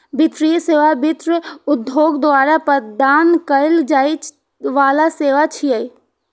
वित्तीय सेवा वित्त उद्योग द्वारा प्रदान कैल जाइ बला सेवा छियै